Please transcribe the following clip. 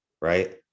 right